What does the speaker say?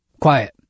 Quiet